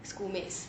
schoolmates